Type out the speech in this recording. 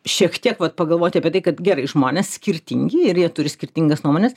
šiek tiek vat pagalvoti apie tai kad gerai žmonės skirtingi ir jie turi skirtingas nuomones